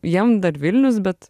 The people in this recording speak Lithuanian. jiem dar vilnius bet